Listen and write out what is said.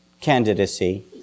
candidacy